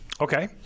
Okay